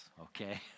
okay